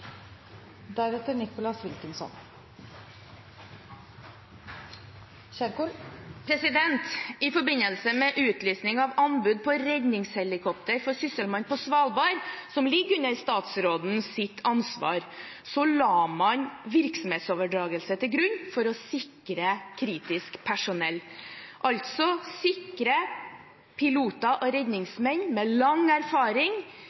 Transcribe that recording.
I forbindelse med utlysning av anbud på redningshelikopter for Sysselmannen på Svalbard, som ligger under statsrådens ansvarsområde, la man virksomhetsoverdragelse til grunn for å sikre kritisk personell, altså piloter og redningsmenn med lang erfaring,